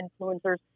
influencers